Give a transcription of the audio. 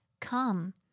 Come